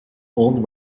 old